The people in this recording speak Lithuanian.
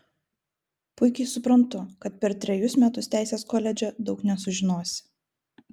puikiai suprantu kad per trejus metus teisės koledže daug nesužinosi